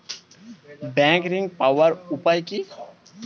Bank ঋণ পাওয়ার উপায় কি?